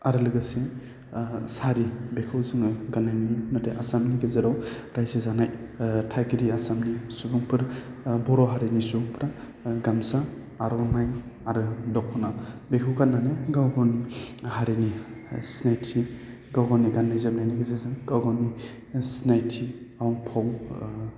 आरो लोगोसे सारि बेखौ जोङो गाननाय नुनो मोनो नाथाय आसामनि गेजेराव रायजो जानाय थागिरि आसामनि सुबुंफोर बर' हारिनि सुबुंफ्रा गामसा आर'नाइ आरो दख'ना बेखौ गाननानै गाव गावनि हारिनि सिनायथि गाव गावनि गाननाय जोमनायनि गेजेरजों गाव गावनि सिनायथि आव फाव